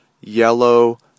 yellow